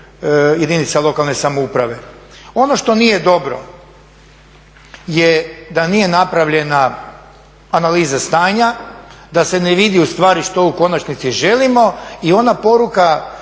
jedinice lokalne samouprave. Ono što nije dobro je da nije napravljena analiza stanja, da se ne vidi ustvari što u konačnici želimo i ona poruka